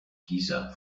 giza